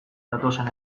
datozen